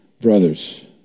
brothers